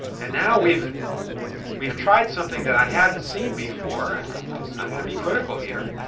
and now we've we've tried something that i hadn't seen before and i'm going to be critical here